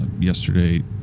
yesterday